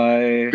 Bye